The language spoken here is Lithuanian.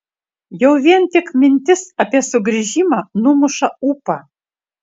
jau vien tik mintis apie sugrįžimą numuša ūpą